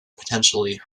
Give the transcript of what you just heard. potentially